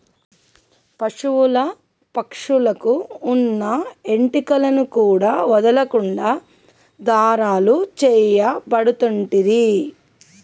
పశువుల పక్షుల కు వున్న ఏంటి కలను కూడా వదులకుండా దారాలు తాయారు చేయబడుతంటిరి